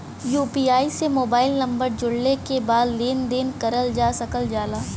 UPI से mobile number जोड़ले के बाद लेन देन करल जा सकल जाला